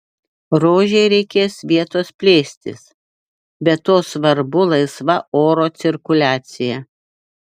rožei reikės vietos plėstis be to svarbu laisva oro cirkuliacija